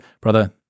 Brother